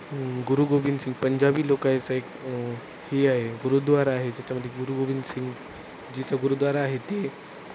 गुरु गोविदसिंग पंजाबी लोकायचं एक ही आहे गुरुद्वार आहे ज्याच्यामध्ये गुरु गोविदसिंगजीचं गुरुद्वारा आहे ती